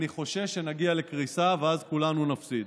אני חושש שנגיע לקריסה ואז כולנו נפסיד.